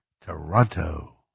Toronto